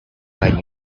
right